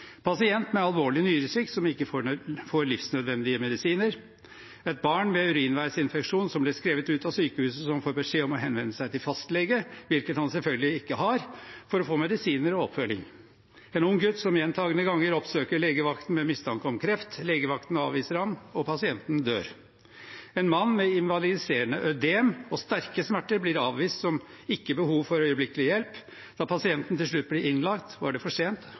pasient med alvorlig nyresvikt, som ikke får livsnødvendige medisiner et barn med urinveisinfeksjon, som ble skrevet ut av sykehuset med beskjed om å henvende seg til fastlege, hvilket han selvfølgelig ikke har, for å få medisiner og oppfølging en ung gutt som gjentakende ganger oppsøker legevakten med mistanke om kreft; legevakten avviser ham, og pasienten dør en mann med invalidiserende ødem og sterke smerter blir avvist da han regnes for ikke å ha behov for øyeblikkelig hjelp; da pasienten til slutt ble innlagt, var det for sent,